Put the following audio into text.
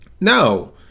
no